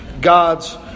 God's